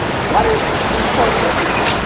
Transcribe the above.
what is important here?